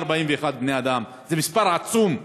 141 בני אדם, זה מספר עצום,